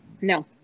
no